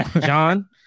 john